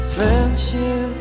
Friendship